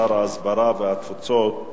שר ההסברה והתפוצות,